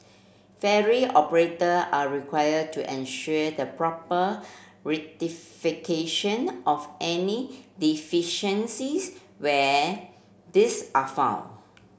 ferry operator are required to ensure the proper rectification of any deficiencies when these are found